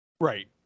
Right